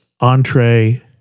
entree